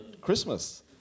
Christmas